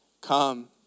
Come